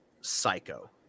Psycho